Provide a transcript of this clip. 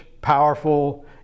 powerful